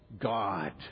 God